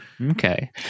Okay